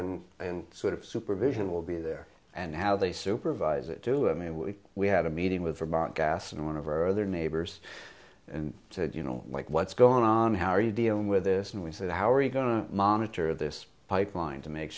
and and sort of supervision will be there and how they supervise it do i mean we we had a meeting with from our gas and one of our other neighbors and you know like what's going on how are you dealing with this and we said how are you going to monitor this pipeline to make